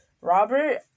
Robert